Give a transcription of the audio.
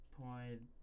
point